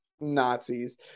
Nazis